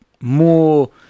more